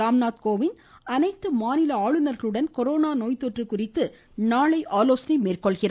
ராம்நாத் கோவிந்த் அனைத்து மாநில ஆளுநர்களுடன் கொரோனா நோய் தொற்று குறித்து நாளை மேற்கொள்கிறார்